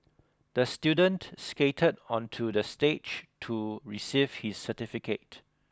the student skated onto the stage to receive his certificate